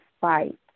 fight